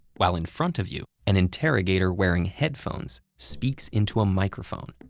while in front of you an interrogator wearing headphones speaks into a microphone.